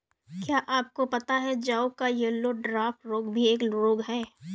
क्या आपको पता है जौ का येल्लो डवार्फ रोग भी एक रोग है?